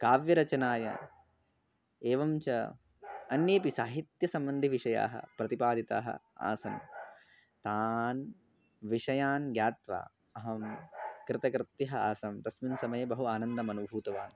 काव्यरचनाय एवं च अन्येऽपि साहित्य सम्बन्धाः विषयाः प्रतिपादिताः आसन् तान् विषयान् ज्ञात्वा अहं कृतकृत्यः आसं तस्मिन् समये बहु आनन्दम् अनुभूतवान्